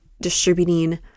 distributing